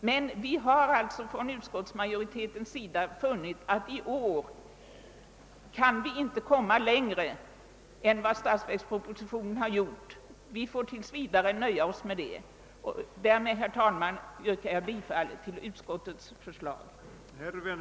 Men inom utskottsmajoriteten har vi funnit att det i år inte är möjligt att gå längre än vad som föreslås i statsverkspropositionen. Vi får tills vidare nöja oss med det, och jag yrkar alltså bifall till utskottets hemställan.